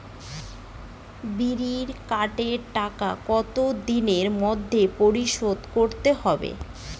বিড়ির কার্ডের টাকা কত দিনের মধ্যে পরিশোধ করতে হবে?